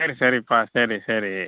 சரி சரிப்பா சரி சரி